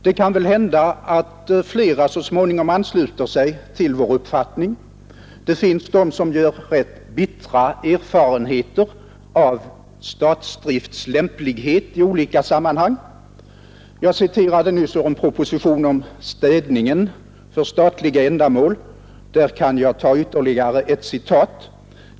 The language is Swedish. Det kan väl hända att flera så småningom ansluter sig till vår uppfattning. Det finns de som gör rätt bittra erfarenheter av statsdrifts lämplighet i olika sammanhang. Jag citerade nyss ur en proposition om städningen för statliga ändamål. Där kan jag ta ytterligare ett citat.